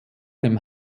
dem